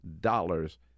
dollars